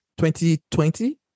2020